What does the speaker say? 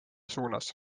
suunas